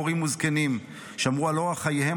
הורים וזקנים שמרו על אורח חייהם